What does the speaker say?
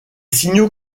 signaux